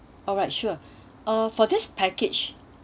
alright sure uh for this package